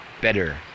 better